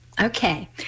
Okay